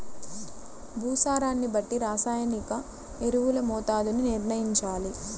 భూసారాన్ని బట్టి రసాయనిక ఎరువుల మోతాదుని నిర్ణయంచాలి